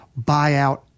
buyout